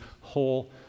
whole